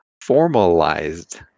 formalized